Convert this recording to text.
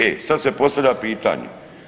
E sada se postavlja pitanje.